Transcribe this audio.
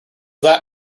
that